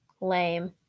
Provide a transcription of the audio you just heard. Lame